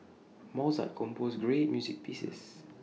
Mozart composed great music pieces